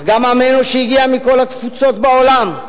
אך גם עמנו שהגיע מכל התפוצות בעולם,